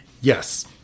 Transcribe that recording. Yes